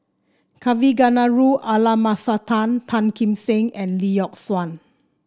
Kavignareru Amallathasan Tan Tan Kim Seng and Lee Yock Suan